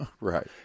Right